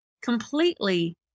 completely